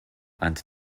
and